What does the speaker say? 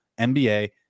NBA